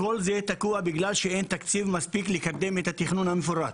כל זה תקוע בגלל שאין תקציב מספיק לקדם את התכנון המפורט.